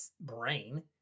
brain